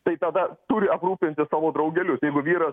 tai tada turi aprūpinti tavo draugelius jeigu vyras